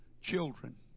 children